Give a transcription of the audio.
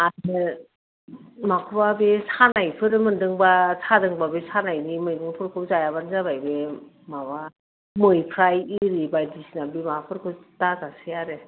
आरो माखौबा बे सानायफोर मोनदोंबा सादोंबा बे सानायनि मैगंफोरखौ जायाबानो जाबाय बे माबा मैफ्राय आरि बायदिसिना बे माबाफोरखौ दाजासै आरो